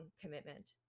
commitment